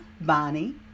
Bonnie